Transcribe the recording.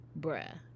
Bruh